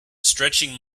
stretching